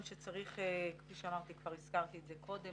הזכרתי את זה קודם,